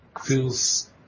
feels